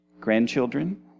grandchildren